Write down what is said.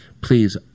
please